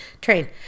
train